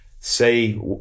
Say